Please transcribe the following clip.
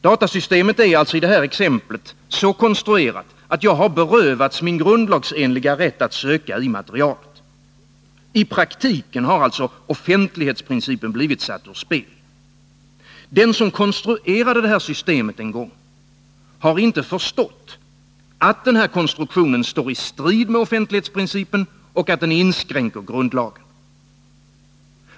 Datasystemet är alltså så konstruerat att jag i det här exemplet har berövats min grundlagsenliga rätt att söka i materialet. I praktiken har offentlighetsprincipen blivit satt ur spel. Den som en gång konstruerade det här systemet har inte förstått att konstruktionen står i strid mot offentlighetsprincipen och inskränker grundlagen.